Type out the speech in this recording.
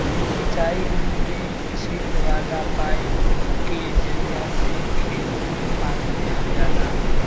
सिंचाई में छेद वाला पाईप के जरिया से खेत में पानी देहल जाला